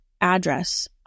address